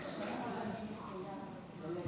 אני רוצה קודם כול לברך את כל העושים